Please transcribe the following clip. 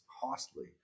costly